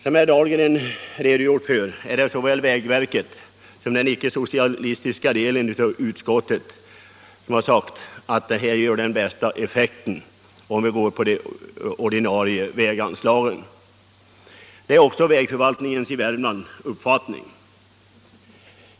Som herr Dahlgren redogjort för har såväl vägverket som den icke socialistiska delen av utskottet sagt att pengarna gör bäst effekt om de läggs på de ordinarie väganslagen. Detta är också vägförvaltningens i Värmland uppfattning.